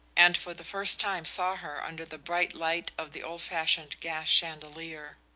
and for the first time saw her under the bright light of the old-fashioned gas chandelier.